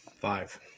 Five